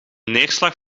neerslag